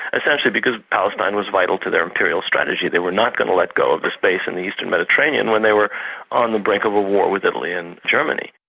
essentially because palestine was vital to their imperial strategy, they were not going to let go of the space in the eastern mediterranean, when they were on the brink of a war with italy and germany.